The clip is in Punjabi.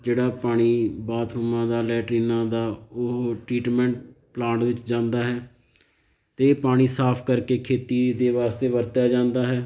ਜਿਹੜਾ ਪਾਣੀ ਬਾਥਰੂਮਾਂ ਦਾ ਲੈਟਰੀਨਾਂ ਦਾ ਉਹ ਟਰੀਟਮੈਂਟ ਪਲਾਂਟ ਵਿੱਚ ਜਾਂਦਾ ਹੈ ਅਤੇ ਪਾਣੀ ਸਾਫ ਕਰਕੇ ਖੇਤੀ ਦੇ ਵਾਸਤੇ ਵਰਤਿਆ ਜਾਂਦਾ ਹੈ